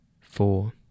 Four